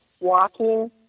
walking